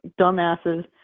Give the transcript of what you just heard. dumbasses